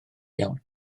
iawn